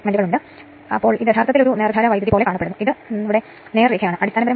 കുറഞ്ഞ വോൾട്ടേജിലെ വൈദ്യുതി നോക്കുകയാണെങ്കിൽ അത് യഥാർത്ഥത്തിൽ 106